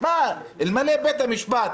אלמלא בית המשפט